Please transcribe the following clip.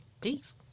Peace